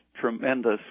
tremendous